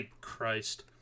Christ